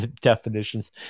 definitions